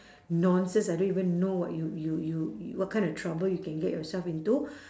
nonsense I don't even know what you you you what kind of trouble you can get yourself into